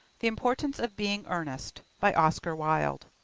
the importance of being earnest, by oscar wilde